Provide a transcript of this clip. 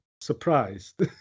surprised